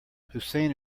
hussein